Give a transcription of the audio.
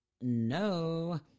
No